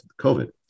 COVID